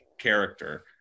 character